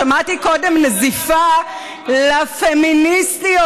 שמעתי קודם נזיפה בפמיניסטיות,